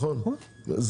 זה